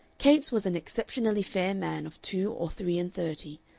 capes was an exceptionally fair man of two or three-and-thirty,